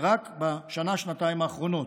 ורק בשנה-שנתיים האחרונות.